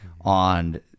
on